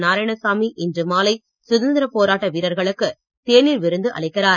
நாராயணசாமி இன்று மாலை சுதந்திர போராட்ட வீரர்களுக்கு தேனீர் விருந்து அளிக்கிறார்